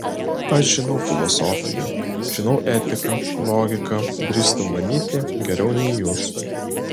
aš žinau filosofiją žinau etiką logiką drįstu manyti geriau nei jūs